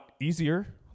easier